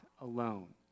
alone